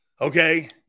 Okay